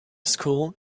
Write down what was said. school